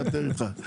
נקטר איתך.